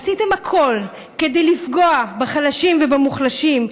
עשיתם הכול כדי לפגוע בחלשים ובמוחלשים,